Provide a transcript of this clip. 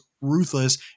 ruthless